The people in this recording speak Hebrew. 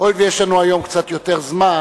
הואיל ויש לנו קצת יותר זמן,